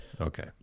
Okay